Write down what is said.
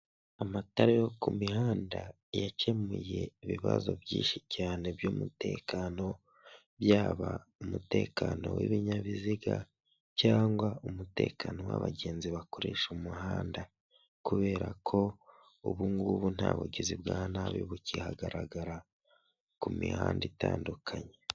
Amatara yo ku mihanda yakemuye ibibazo byinshi cyane by'umutekano, byaba umutekano w'ibinyabiziga cyangwa umutekano w'abagenzi bakoresha umuhanda, kubera ko ubungubu nta bugizi bwa nabi bukihagaragara ku mihanda itandukanye.